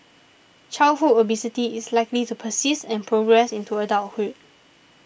childhood obesity is likely to persist and progress into adulthood